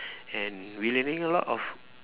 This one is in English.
and we learning a lot of